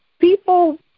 people